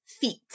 feet